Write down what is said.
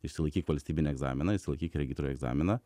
išsilaikyk valstybinį egzaminą išsilaikyk regitroj egzaminą